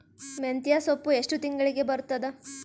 ಮೆಂತ್ಯ ಸೊಪ್ಪು ಎಷ್ಟು ತಿಂಗಳಿಗೆ ಬರುತ್ತದ?